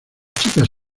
chicas